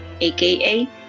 aka